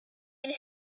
and